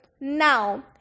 now